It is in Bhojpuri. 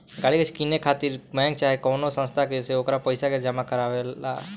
गाड़ी के किने खातिर बैंक चाहे कवनो संस्था से ओकर पइसा के जामा करवावे ला